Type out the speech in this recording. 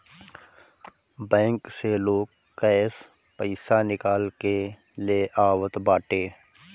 bank से लोग cash पईसा निकाल के ले आवत बाटे